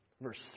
verse